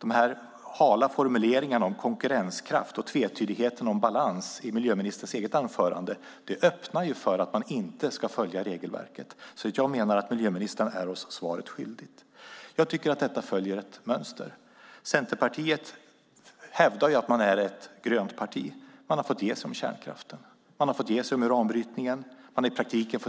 De hala formuleringarna om konkurrenskraft och tvetydigheten om balans i miljöministerns eget anförande öppnar för att man inte ska följa regelverket. Jag menar att miljöministern är oss svaret skyldig. Jag tycker att detta följer ett mönster. Centerpartiet hävdar att det är ett grönt parti. Men man har fått ge sig om kärnkraften, uranbrytningen och i praktiken